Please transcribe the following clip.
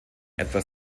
etwa